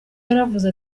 yaravuze